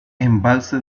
embalse